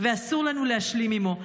ואסור לנו להשלים עימו.